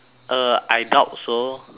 uh I doubt so